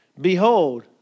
Behold